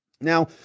Now